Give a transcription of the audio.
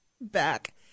back